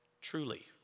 truly